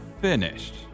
finished